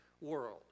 world